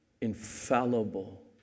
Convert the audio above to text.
infallible